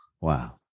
Wow